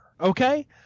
okay